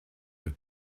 your